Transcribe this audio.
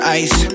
ice